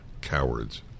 cowards